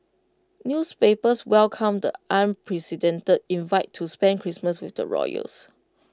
newspapers welcomed the unprecedented invite to spend Christmas with the royals